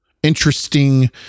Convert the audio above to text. interesting